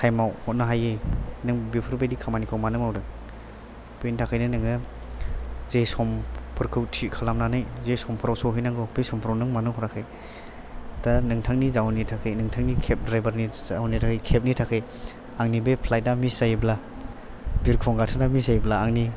टाइमाव हरनो हायि नों बेफोरबादि खामानिखौ मानो मावदों बेनि थाखायनो नोङो जे समफोरखौ थि खालामनानै जे समफ्राव सहैनांगौ बे समफ्राव नों मोनो हराखै दा नोंथांनि जाउननि थाखाय नोंथांनि केब द्राइबार नि जाउननि थाखाय केब नि थाखाय आंनि बे फ्लाइथा मिस जायोब्ला बिरखं गाथोना मिस जायोब्ला आंनि